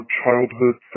childhood